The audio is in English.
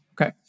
Okay